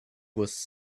was